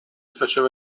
faceva